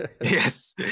yes